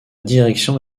direction